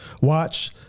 watch